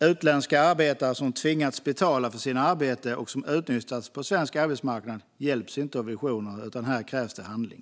Utländska arbetare som tvingats betala för sina arbeten och som utnyttjas på svensk arbetsmarknad hjälps inte av visioner, utan här krävs handling.